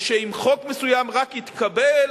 שאם חוק מסוים רק יתקבל,